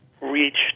reached